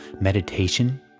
Meditation